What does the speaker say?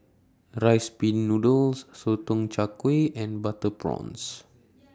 Rice Pin Noodles Sotong Char Kway and Butter Prawns